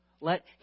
let